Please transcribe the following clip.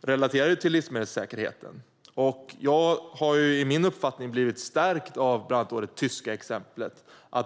relaterade till livsmedelssäkerheten. Jag har i min uppfattning blivit stärkt av bland annat det tyska exemplet.